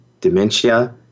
dementia